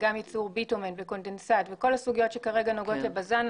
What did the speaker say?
גם ייצור ביטומן וקונטנסנד וכל הסוגיות שכרגע נוגעות לבז"ן.